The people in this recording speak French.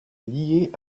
lié